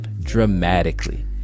dramatically